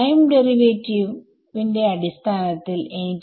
time derivative ന്റെ അടിസ്ഥാനത്തിൽ എനിക്ക്